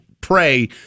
pray